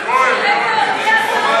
אדוני היושב-ראש, זהו.